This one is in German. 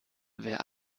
wer